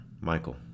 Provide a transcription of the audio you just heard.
Michael